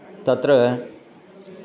तत्र